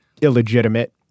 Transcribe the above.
illegitimate